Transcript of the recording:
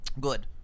Good